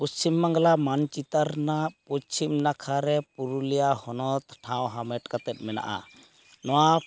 ᱯᱚᱪᱷᱤᱢ ᱵᱟᱝᱞᱟ ᱢᱟᱱᱪᱤᱛᱟᱹᱨ ᱨᱮᱱᱟᱜ ᱯᱚᱪᱷᱤᱢ ᱱᱟᱠᱷᱟᱨᱮ ᱯᱩᱨᱩᱞᱤᱭᱟᱹ ᱦᱚᱱᱚᱛ ᱴᱷᱟᱶ ᱦᱟᱢᱮᱴ ᱠᱟᱛᱮ ᱢᱮᱱᱟᱜᱼᱟ ᱱᱚᱣᱟ